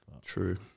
True